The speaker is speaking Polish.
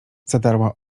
zadarła